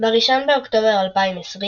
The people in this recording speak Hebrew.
ב-1 באוקטובר 2020,